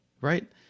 right